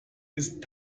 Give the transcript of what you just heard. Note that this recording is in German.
ist